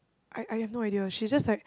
I I have no idea she just like